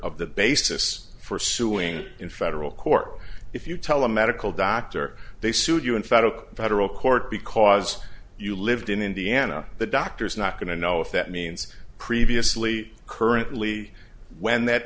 of the basis for suing in federal court if you tell a medical doctor they sued you in federal federal court because you lived in indiana the doctor's not going to know if that means previously currently when that